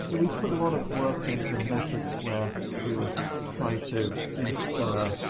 so we've put a lot of work into methods where we would try to infer,